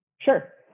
Sure